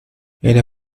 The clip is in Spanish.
era